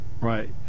Right